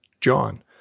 John